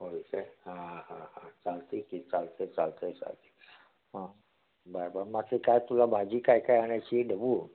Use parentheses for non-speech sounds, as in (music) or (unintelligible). होय काय हां हां हां चालतं आहे की चालतं आहे चालतं आहे चालतं आहे हां बर बर (unintelligible) काय तुला भाजी काय काय आणायची ढबू